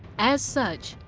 as such,